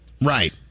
Right